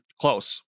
Close